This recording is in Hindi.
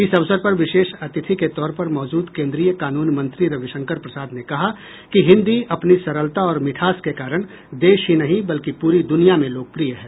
इस अवसर पर विशेष अतिथि के तौर पर मौजूद केन्द्रीय कानून मंत्री रविशंकर प्रसाद ने कहा कि हिन्दी अपनी सरलता और मिठास के कारण देश ही नहीं बल्कि पूरी दुनिया में लोकप्रिय है